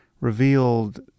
revealed